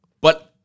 But-